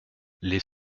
les